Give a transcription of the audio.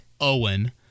Owen